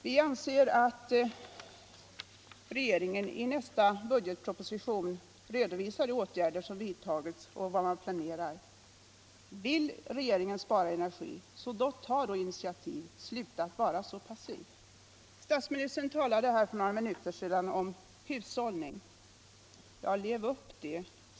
Vi anser att regeringen i nästa budgetproposition bör redovisa de åtgärder som vidtagits och vad man planerar. Vill regeringen spara energi, så tag då initiativ, sluta att vara så passiv! Statsministern talade här för några minuter sedan om hushållning. Ja, lev upp till det!